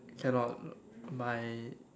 cannot my